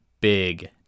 big